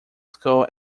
school